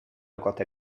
gota